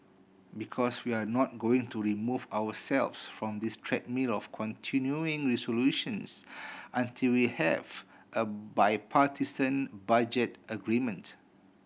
because we're not going to remove ourselves from this treadmill of continuing resolutions until we have a bipartisan budget agreement